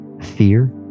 Fear